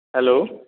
hello